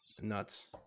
Nuts